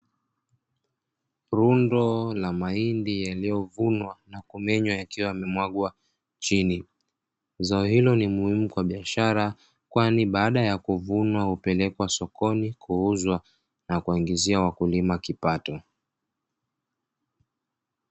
Rundo la mahindi yaliyovunwa na kumenywa yakiwa yamemwagwa chini, zao hilo ni muhimu kwa biashara kwani baada ya kuvunwa hupelekwa sokoni kuuzwa na kuwaingizia wakulima kipato.